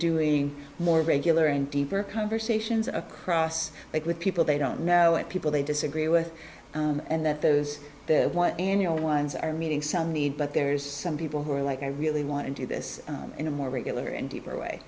doing more regular and deeper conversations across it with people they don't know and people they disagree with and that those annual ones are meeting some need but there's some people who are like i really want to do this in a more regular and deeper way